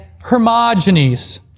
Hermogenes